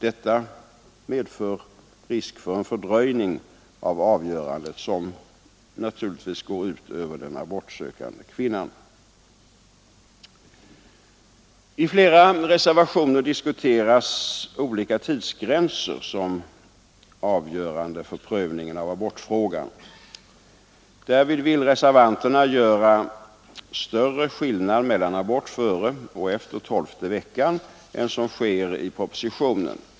Detta medför en fördröjning av avgörandet, som naturligtvis går ut över I flera reservationer diskuteras olika tidsgränser, som är avgörande för prövningen av abortfrågan. Därvid vill reservanterna göra större skillnad mellan abort före och efter tolfte veckan än som sker i propositionen.